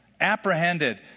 apprehended